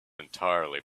entirely